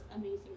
amazing